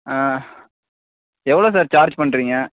ஆ எவ்வளோ sir charge பண்ணுறீங்க